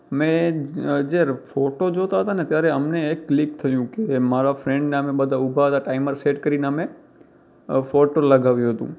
મેં જયારે ફોટો જોતા હતા ને ત્યારે અમને એક ક્લિક થયું કે મારા ફ્રેન્ડ અને અમે બધા ઊભા હતા ટાઇમર સેટ કરીને અમે ફોટો લગાવ્યુ હતુ